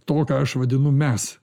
to ką aš vadinu mes